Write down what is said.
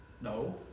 No